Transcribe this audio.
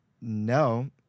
No